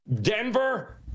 Denver